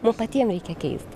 mum patiem reikia keist